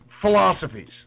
philosophies